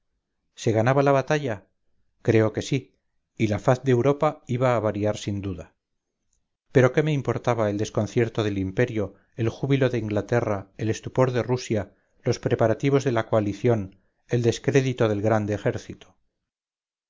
se ganaba la batalla creo que sí y la faz de europa iba a variar sin duda pero qué me importaba el desconcierto del imperio el júbilo de inglaterra el estupor de rusia los preparativos de la coalición el descrédito del grande ejército